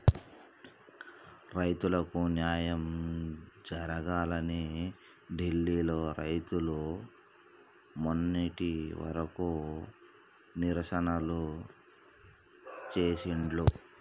రైతులకు న్యాయం జరగాలని ఢిల్లీ లో రైతులు మొన్నటి వరకు నిరసనలు చేసిండ్లు